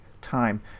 time